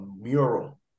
mural